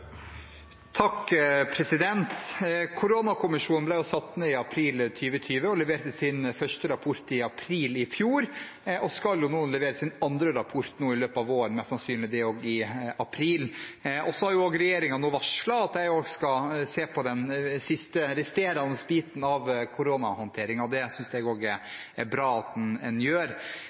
rapport i april i fjor. De skal levere sin andre rapport i løpet av våren – også det mest sannsynlig i april. Regjeringen har nå varslet at de også skal se på den resterende biten av koronahåndteringen, og det synes jeg er bra at en gjør. Det er en